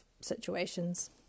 situations